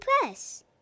Press